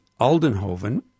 aldenhoven